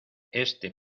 este